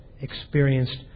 experienced